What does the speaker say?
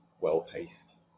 well-paced